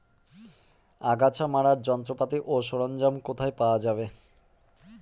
আগাছা মারার যন্ত্রপাতি ও সরঞ্জাম কোথায় পাওয়া যাবে?